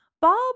Bob